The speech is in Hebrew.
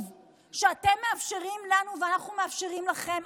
שאתם מאפשרים לנו ואנחנו מאפשרים לכם.